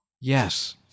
Yes